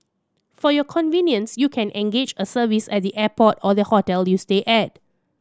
for your convenience you can engage a service at the airport or the hotel you stay at